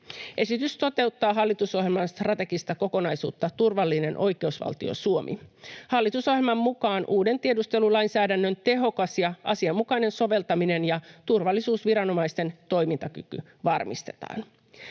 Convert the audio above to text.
Esitys toteuttaa hallitusohjelman strategista kokonaisuutta Turvallinen oikeusvaltio Suomi. Hallitusohjelman mukaan uuden tiedustelulainsäädännön tehokas ja asianmukainen soveltaminen ja turvallisuusviranomaisten toimintakyky varmistetaan.